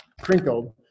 crinkled